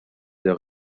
der